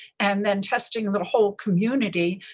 and then testing the whole community,